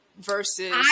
versus